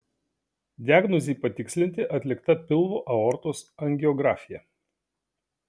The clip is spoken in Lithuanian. diagnozei patikslinti atlikta pilvo aortos angiografija